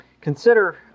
Consider